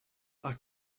are